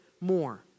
more